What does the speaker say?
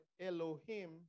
Elohim